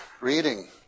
reading